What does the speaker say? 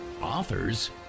authors